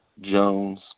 Jones